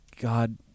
God